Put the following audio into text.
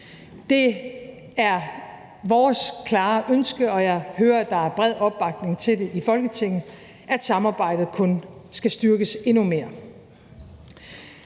Det er vores klare ønske, og jeg hører, at der er bred opbakning til det i Folketinget, at samarbejdet kun skal styrkes endnu mere.